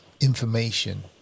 information